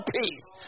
peace